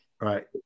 Right